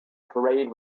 parade